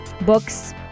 books